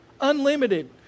unlimited